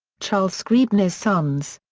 charles scribner's sons.